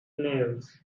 nails